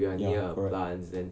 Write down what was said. ya correct